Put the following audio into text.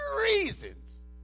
reasons